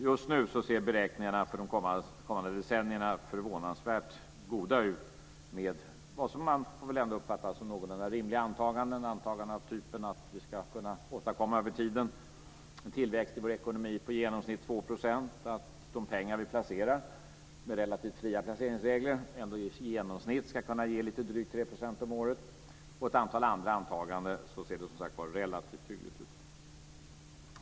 Just nu ser beräkningarna för de kommande decennierna förvånansvärt goda ut. Med vad man får uppfatta som någorlunda rimliga antaganden, av typen att vi över tiden ska kunna åstadkomma en tillväxt i vår ekonomi på i genomsnitt 2 %, att de pengar vi placerar med relativt fria placeringsregler i genomsnitt ska kunna ge drygt 3 % om året och ett antal andra antaganden ser det relativt hyggligt ut, som sagt var.